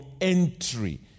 entry